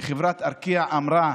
וחברת ארקיע אמרה